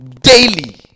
Daily